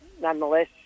nonetheless